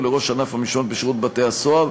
או לראש ענף המשמעת בשירות בתי-הסוהר,